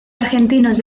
argentinos